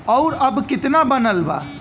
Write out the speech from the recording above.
और अब कितना बनल बा?